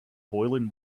boiling